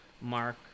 mark